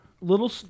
little